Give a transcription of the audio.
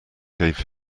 gave